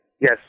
Yes